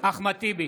אחמד טיבי,